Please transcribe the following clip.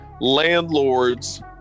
landlords